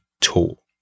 tool